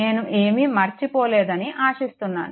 నేను ఏమీ మర్చిపోలేదని ఆశిస్తున్నాను